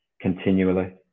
continually